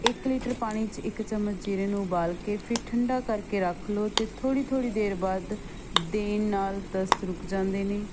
ਇੱਕ ਲੀਟਰ ਪਾਣੀ 'ਚ ਇੱਕ ਚਮਚ ਜੀਰੇ ਨੂੰ ਉਬਾਲ ਕੇ ਫਿਰ ਠੰਡਾ ਕਰਕੇ ਰੱਖ ਲਓ ਅਤੇ ਥੋੜ੍ਹੀ ਥੋੜ੍ਹੀ ਦੇਰ ਬਾਅਦ ਦੇਣ ਨਾਲ ਦਸਤ ਰੁਕ ਜਾਂਦੇ ਨੇ